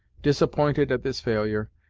disappointed at this failure,